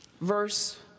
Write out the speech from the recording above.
verse